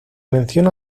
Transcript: menciona